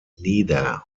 nieder